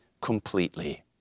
completely